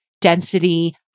density